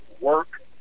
work